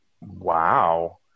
Wow